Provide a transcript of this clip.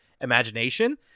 imagination